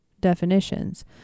definitions